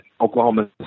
Oklahoma